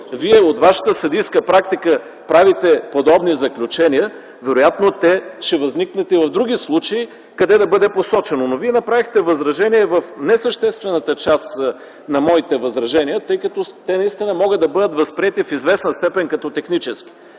Вие от Вашата съдийска практика правите подобни заключения, вероятно те ще възникнат и в други случаи къде да бъде посочено. Но Вие направихте възражение в несъществената част на моите възражения, тъй като те наистина могат да бъдат възприети в известна степен като технически,